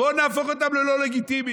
בוא נהפוך אותם ללא לגיטימיים.